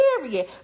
Period